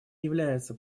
является